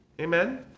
Amen